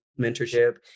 Mentorship